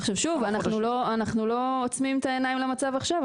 אנחנו לא עוצמים את העיניים למצב עכשיו,